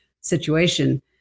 situation